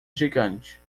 gigante